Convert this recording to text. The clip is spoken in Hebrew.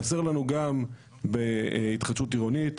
חסר לנו גם בהתחדשות עירונית,